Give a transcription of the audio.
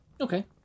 okay